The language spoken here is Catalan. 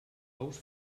ous